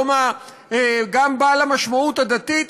וגם היום בעל המשמעות הדתית,